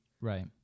right